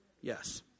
Yes